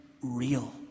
real